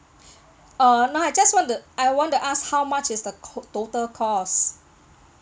err no I just want to I want to ask how much is the co~ total cost